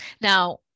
Now